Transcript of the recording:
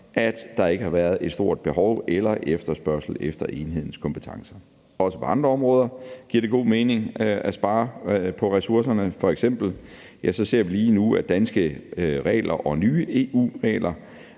at der ikke har været et stort behov eller stor efterspørgsel efter enhedens kompetencer. Også på andre områder giver det mening at spare på ressourcerne. F.eks. ser vi lige nu, at danske regler og nye EU-regler